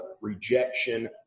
rejection